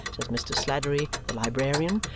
says mr. sladdery, the librarian,